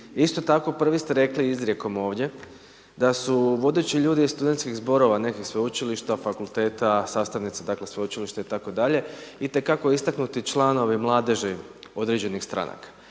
Isto tako prvi ste rekli izrijekom ovdje da su vodeći ljudi iz studentskih zborova negdje sveučilišta, fakulteta sastavnice dakle sveučilišta itd. itekako istaknuti članovi mladeži određenih stranaka.